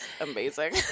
amazing